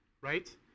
right